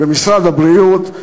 במשרד הבריאות,